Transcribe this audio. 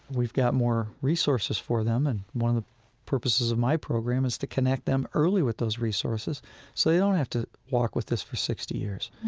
we've got more resources for them. and one of the purposes of my program is to connect them early with those resources so they don't have to walk with this for sixty years,